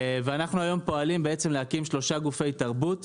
אנחנו היום פועלים בעצם להקים שלושה גופי תרבות,